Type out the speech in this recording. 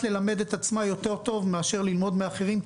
ללמד את עצמה יותר טוב מאשר ללמוד מאחרים,